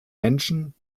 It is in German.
menschen